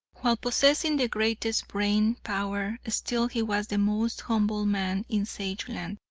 while possessing the greatest brain power, still he was the most humble man in sageland.